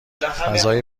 فضای